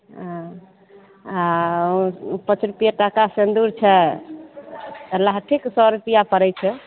हँ आ पाँच रुपैये टाका सिन्दूर छै लहठीक सए रुपैआ पड़ै छै